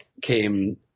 Came